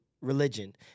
religion